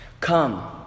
Come